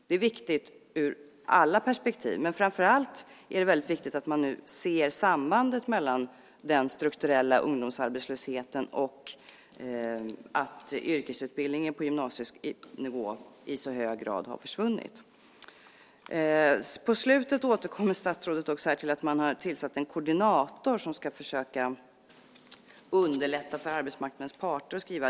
Det är viktigt ur alla perspektiv, men framför allt är det viktigt att se sambandet mellan den strukturella ungdomsarbetslösheten och att yrkesutbildningen på gymnasienivå i så hög grad har försvunnit. I slutet av sitt anförande återkom statsrådet till att man har tillsatt en koordinator som ska försöka underlätta för arbetsmarknadens parter.